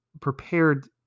prepared